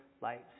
lights